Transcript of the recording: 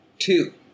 Two